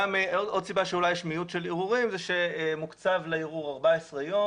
עוד סיבה למיעוט ערעורים היא אולי זה שמוקצבים לערעור 14 ימים.